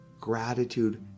gratitude